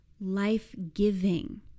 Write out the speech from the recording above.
life-giving